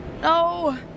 No